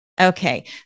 Okay